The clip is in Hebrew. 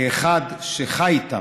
כאחד שחי איתם,